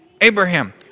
Abraham